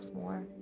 more